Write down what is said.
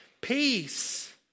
Peace